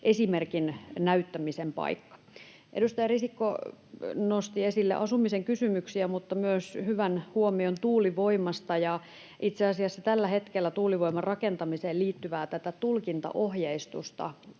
esimerkin näyttämisen paikka. Edustaja Risikko nosti esille asumisen kysymyksiä mutta myös hyvän huomion tuulivoimasta. Itse asiassa tällä hetkellä tuulivoiman rakentamiseen liittyvää tulkintaohjeistusta